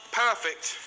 perfect